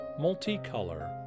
Multicolor